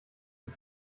die